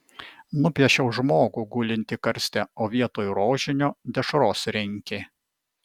nupiešiau žmogų gulintį karste o vietoj rožinio dešros rinkė